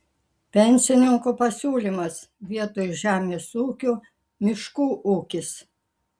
pensininko pasiūlymas vietoj žemės ūkio miškų ūkis